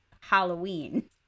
Halloween